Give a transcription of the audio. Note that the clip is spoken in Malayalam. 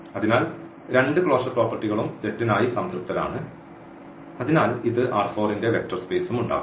അതിനാൽ രണ്ട് ക്ലോഷർ പ്രോപ്പർട്ടികളും സെറ്റിനായി സംതൃപ്തരാണ് അതിനാൽ ഇത് ന്റെ വെക്റ്റർ സ്പെയ്സും ഉണ്ടാക്കും